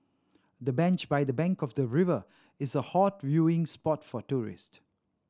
the bench by the bank of the river is a hot viewing spot for tourist